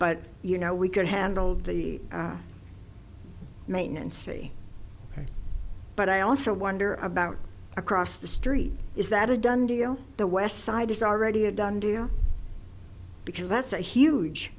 but you know we can handle the maintenance free but i also wonder about across the street is that a done deal the west side is already a done deal because that's a huge